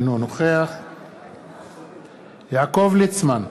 אינו נוכח יעקב ליצמן,